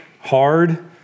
hard